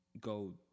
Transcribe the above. go